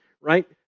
right